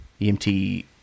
EMT